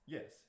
Yes